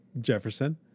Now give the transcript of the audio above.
Jefferson